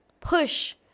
push